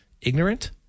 ignorant